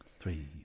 Three